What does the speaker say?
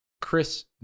Chris